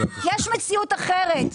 יש מציאות אחרת.